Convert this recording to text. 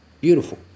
beautiful